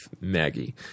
Maggie